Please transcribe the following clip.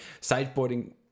sideboarding